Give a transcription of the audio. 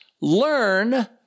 learn